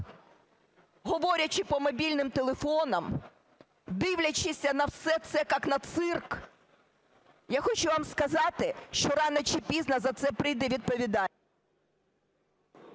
говорячи по мобільним телефонам, дивлячись на все це, як на цирк. Я хочу вам сказати, що рано чи пізно за це прийде відповідальність.